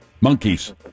Monkeys